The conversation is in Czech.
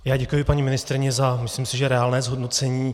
Já děkuji paní ministryni za, myslím si, že reálné hodnocení.